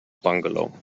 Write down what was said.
bungalow